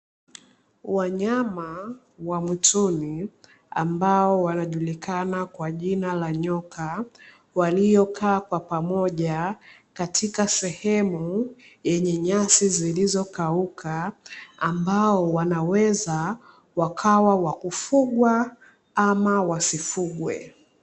Wanyama wa mwituni ambao wanajulikana kwa jina la nyoka, waliokaa kwa pamoja katika sehemu yenye nyasi zilizokauka, ambao wanaweza wakawa wa kufugwa au wasifugwe.